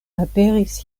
aperis